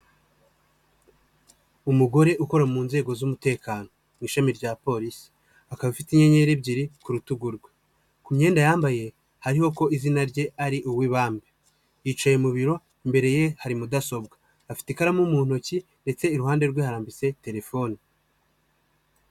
Umugore ukora mu nzego z'umutekano mu ishami rya polisi. Akaba afite inyenyeri ebyiri ku rutugu rwe. Ku myenda yambaye, hariho ko izina rye ari Uwibambe. Yicaye mu biro, imbere ye hari mudasobwa. Afite ikaramu mu ntoki ndetse yicaye iruhande rwe harambitse telefone.